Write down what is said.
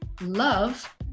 love